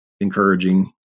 encouraging